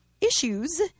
issues